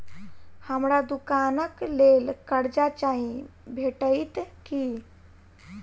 हमरा दुकानक लेल कर्जा चाहि भेटइत की?